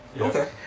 Okay